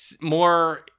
more